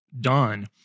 done